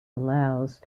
allows